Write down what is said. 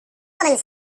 omens